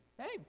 Hey